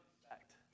expect